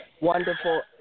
wonderful